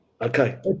okay